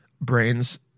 brains